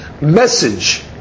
message